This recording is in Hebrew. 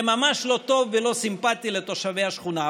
זה ממש לא טוב ולא סימפתי לתושבי השכונה,